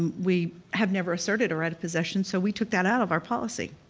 and we have never asserted a right of possession, so we took that out of our policy.